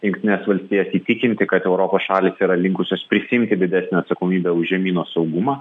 jungtines valstijas įtikinti kad europos šalys yra linkusios prisiimti didesnę atsakomybę už žemyno saugumą